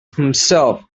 himself